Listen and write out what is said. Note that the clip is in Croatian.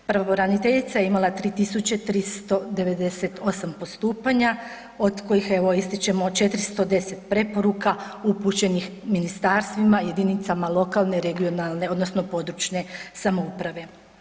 Pravobraniteljica je imala 3398 postupanja, od kojih evo ističemo 410 preporuka upućenih ministarstvima, jedinicama lokalne i regionalne odnosno područne samouprave.